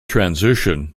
transition